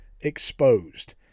Exposed